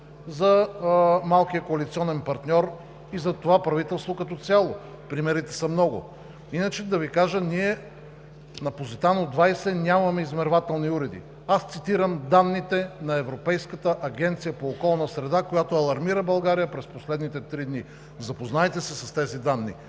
за малкия коалиционен партньор и за това правителство като цяло. Примерите са много. Иначе, да Ви кажа, че ние на „Позитано“ 20 нямаме измервателни уреди. Аз цитирам данните на Европейската агенция по околна среда, която алармира България през последните три дни. Запознайте се с тези данни.